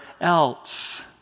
else